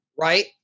right